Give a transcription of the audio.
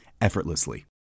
effortlessly